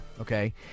Okay